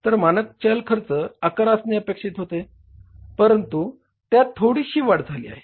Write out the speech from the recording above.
तर मानक चल खर्च 11 असणे अपेक्षित होते परंतु त्यात थोडीशी वाढ झाली आहे